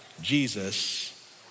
Jesus